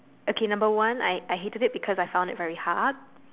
okay number one I I hated it because I found it very hard